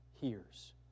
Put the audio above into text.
hears